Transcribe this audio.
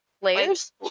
Layers